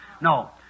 No